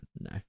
no